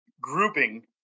grouping